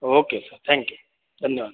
okay sir thank you धन्यवाद